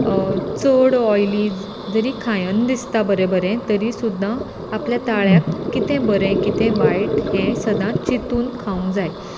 so चड ओयली जरी खायन दिसतां बरें बरें तरी सुद्दां आपल्या ताळ्याक कितें बरें कितें वायट हे सदांच चिंतुन खावंक जाय